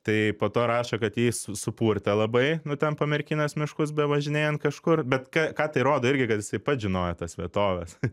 tai po to rašo kad jį supurtė labai nu ten po merkinės miškus bevažinėjant kažkur bet ką tai rodo irgi kad jisai pats žinojo tas vietoves